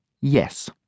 Yes